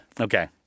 Okay